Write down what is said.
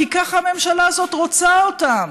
כי ככה הממשלה הזאת רוצה אותם: